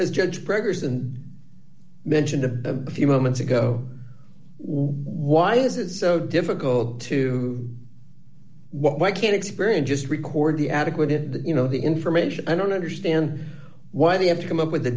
is judge preggers and mentioned a few moments ago why is it so difficult to why can't experian just record the adequate did you know the information i don't understand why they have to come up with a